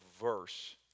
verse